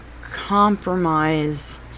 compromise